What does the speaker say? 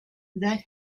that